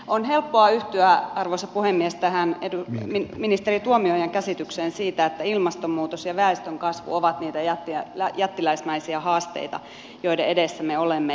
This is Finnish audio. on helppoa yhtyä arvoisa puhemies tähän ministeri tuomiojan käsitykseen siitä että ilmastonmuutos ja väestönkasvu ovat niitä jättiläismäisiä haasteita joiden edessä me olemme